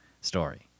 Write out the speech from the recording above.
story